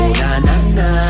na-na-na